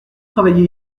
travaillé